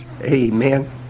Amen